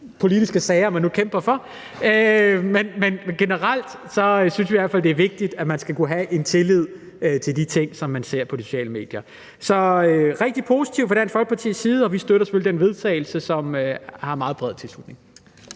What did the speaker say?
politiske sager, man nu kæmper for. Men generelt synes jeg i hvert fald, det er vigtigt, at man skal kunne have tillid til de ting, som man ser på de sociale medier. Så det er rigtig positivt, at Dansk Folkeparti har rejst debatten, og vi støtter selvfølgelig det forslag til vedtagelse, som har en meget bred tilslutning.